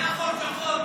היה חור שחור.